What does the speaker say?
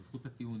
זכות הטיעון,